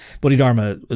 Bodhidharma